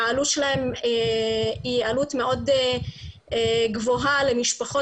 והעלות שלהם היא עלות מאוד גבוהה למשפחות.